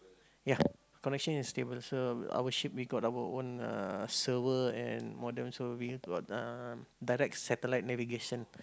ya connection is stable so our ship we got our own uh server and modem so we got uh direct satellite navigation